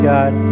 God